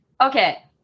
okay